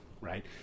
right